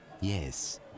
Yes